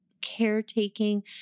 caretaking